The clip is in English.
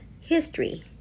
History